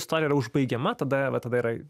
istorija yra užbaigiama tada va tada yra